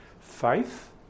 faith